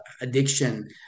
addiction